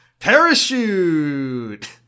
Parachute